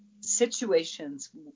situations